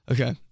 Okay